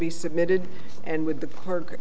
be submitted and with the park